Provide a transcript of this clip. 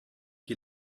qui